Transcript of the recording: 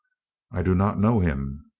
i do not know him.